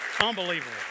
Unbelievable